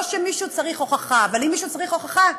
לא שמישהו צריך הוכחה, אבל אם מישהו צריך הוכחה,